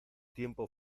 tiempo